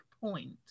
point